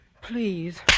Please